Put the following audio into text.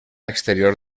exterior